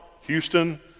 Houston